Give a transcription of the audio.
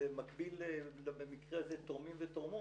זה מקביל במקרה הזה, תורמים ותורמות,